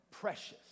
precious